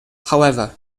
however